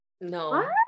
no